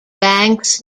banks